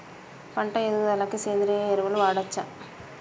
పంట ఎదుగుదలకి సేంద్రీయ ఎరువులు వాడచ్చా?